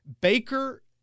Baker